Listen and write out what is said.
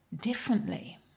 differently